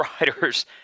riders